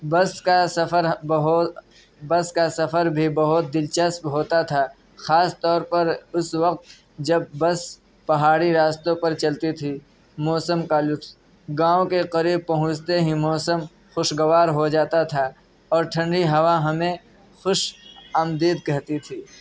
بس کا سفر بہو بس کا سفر بھی بہت دلچسپ ہوتا تھا خاص طور پر اس وقت جب بس پہاڑی راستوں پر چلتی تھی موسم کا لطف گاؤں کے قریب پہنچتے ہی موسم خوشگوار ہو جاتا تھا اور ٹھنڈی ہوا ہمیں خوش آمدید کہتی تھی